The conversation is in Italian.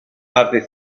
parte